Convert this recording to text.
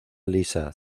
lisa